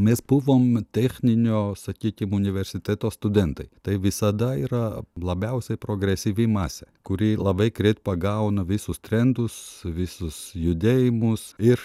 mes buvom techninio sakykim universiteto studentai tai visada yra labiausiai progresyvi masė kuri labai greit pagauna visus trendus visus judėjimus ir